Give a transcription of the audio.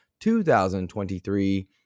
2023